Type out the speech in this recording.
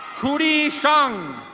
ku ei chong.